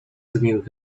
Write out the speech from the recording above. zgniłych